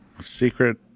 secret